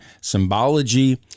symbology